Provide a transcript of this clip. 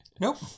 Nope